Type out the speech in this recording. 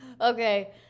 Okay